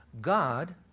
God